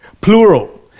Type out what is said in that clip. plural